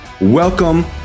welcome